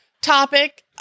topic